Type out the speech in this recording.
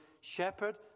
shepherd